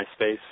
MySpace